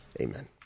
Amen